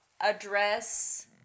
address